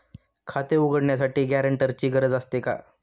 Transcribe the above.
खाते उघडण्यासाठी गॅरेंटरची गरज असते का?